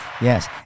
yes